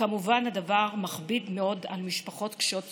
וכמובן הדבר מכביד מאוד על משפחות קשות יום.